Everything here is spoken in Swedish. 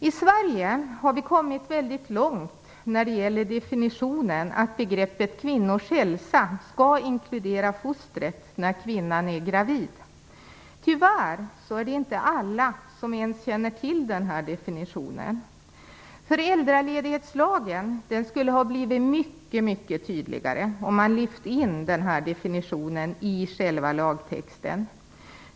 I Sverige har vi kommit väldigt långt när det gäller definitionen av begreppet kvinnors hälsa; det skall när kvinnan är gravid inkludera fostret. Tyvärr är det inte alla som känner till den definitionen. Föräldraledighetslagen skulle ha blivit mycket tydligare om man hade lyft in denna definition i lagtexten.